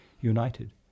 united